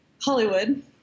Hollywood